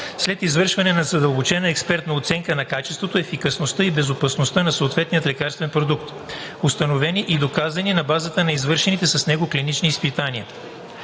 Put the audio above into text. след извършването на задълбочена експертна оценка на качеството, ефикасността и безопасността на съответния лекарствен продукт, установени и доказани на база извършените с него клинични изпитвания.